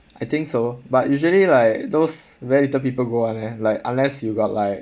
I think so but usually like those very little people go [one] leh like unless you got like